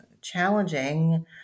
challenging